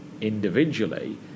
individually